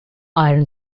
iron